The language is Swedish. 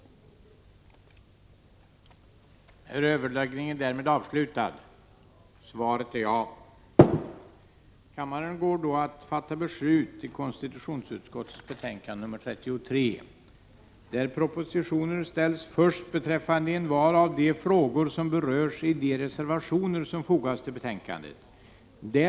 Granskning av stats